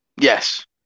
Yes